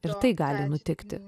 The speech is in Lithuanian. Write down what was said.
ir tai gali nutikti